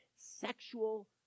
sexual